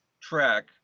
track